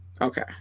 Okay